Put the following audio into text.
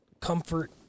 comfort